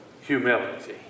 humility